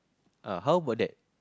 ah how about that